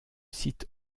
site